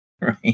right